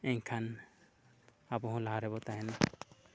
ᱮᱱᱠᱷᱟᱱ ᱟᱵᱚ ᱦᱚᱸ ᱞᱟᱦᱟ ᱨᱮᱵᱚᱱ ᱛᱟᱦᱮᱱᱟ